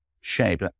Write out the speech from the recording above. shape